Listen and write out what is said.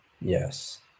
Yes